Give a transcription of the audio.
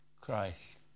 Christ